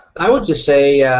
i would just say